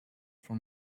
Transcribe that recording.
for